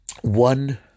One